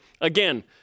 Again